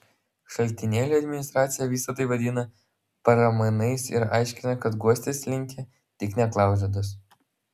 šaltinėlio administracija visa tai vadina pramanais ir aiškina kad guostis linkę tik neklaužados